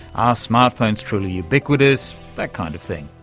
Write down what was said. are smart phones truly ubiquitous? that kind of thing.